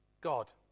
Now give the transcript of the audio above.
God